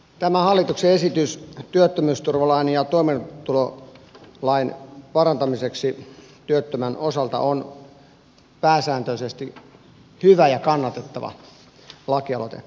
tämä hallituksen esitys työttömyysturvalain ja toimeentulotukilain parantamiseksi työttömän osalta on pääsääntöisesti hyvä ja kannatettava lakialoite